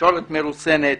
תקשורת מרוסנת,